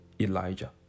Elijah